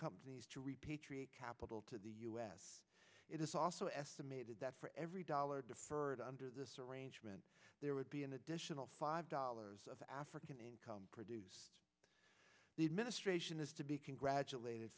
companies to repatriate capital to the u s it is also estimated that for every dollar deferred under this arrangement there would be an additional five dollars of african income producing the administration is to be congratulated